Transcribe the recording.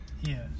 Yes